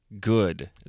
good